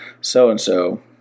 so-and-so